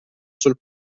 sul